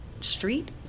street